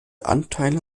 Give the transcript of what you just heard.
anteile